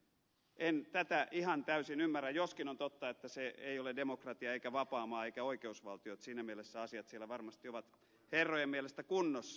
en tätä ihan täysin ymmärrä joskin on totta että se ei ole demokratia eikä vapaa maa eikä oikeusvaltio niin että siinä mielessä asiat siellä varmasti ovat herrojen mielestä kunnossa